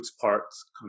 parts